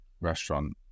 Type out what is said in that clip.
restaurant